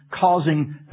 causing